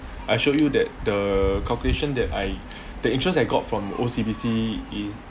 I showed you that the calculation that I the interest I got from O_C_B_C is